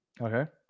Okay